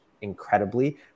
incredibly